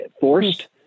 forced